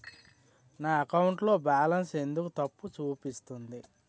నా అకౌంట్ లో బాలన్స్ ఎందుకు తప్పు చూపిస్తుంది?